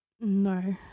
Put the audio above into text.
No